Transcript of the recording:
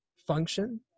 function